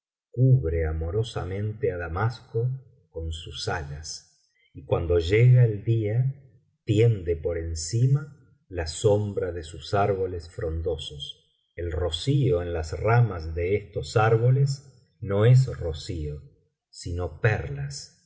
cubre amorosamente d damasco con sus alas y citando llega el día tiende por encima la sombra de sus árboles frondosos el rocío en las ramas de estos árboles no es rocío sino perlas